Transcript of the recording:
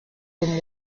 con